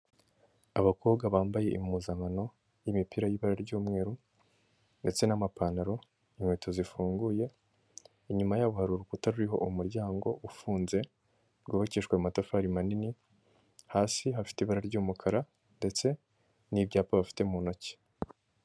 Abakobwa bambaye impuzankano y'imipira y'ibara ry'umweru, ndetse n'amapantaro inkweto zifunguye, inyuma yabo hari urukuta ruriho umuryango ufunze rwubakijwe amatafari manini, hasi hafite ibara ry'umukara ndetse n'ibyapa bafite mu ntoki.